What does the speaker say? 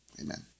Amen